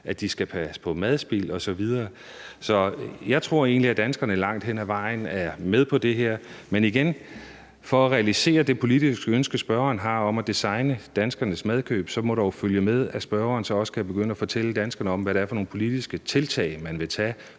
at de skal passe på madspild osv. Så jeg tror egentlig, at danskerne langt hen ad vejen er med på det her. Men igen vil jeg sige: For at realisere det politiske ønske, spørgeren har om at designe danskernes madkøb, må der jo følge med, at spørgeren så også kan begynde at fortælle danskerne om, hvad det er for nogle politiske tiltag, man vil tage,